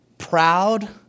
proud